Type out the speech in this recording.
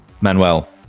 Manuel